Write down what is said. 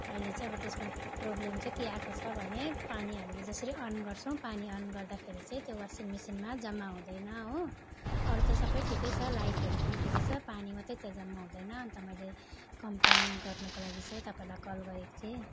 अहिले चाहिँ अब त्यसमा प्रब्लम चाहिँ के आएको छ भने पानी हामीले जसरी अन गर्छौँ पानी अन गर्दा चाहिँ त्यो वासिङ मसिनमा जम्मा हुँदैन हो अरू त सबै ठिकै छ लाइटहरू पनि ठिकै छ पानी मात्रै त्यहाँ जम्मा हुँदैन अन्त मैले कम्प्लेन गर्नुको लागि चाहिँ तपाईँलाई कल गरेको थिएँ